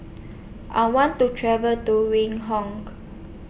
I want to travel to Windhoek